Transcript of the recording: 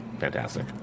Fantastic